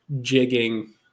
jigging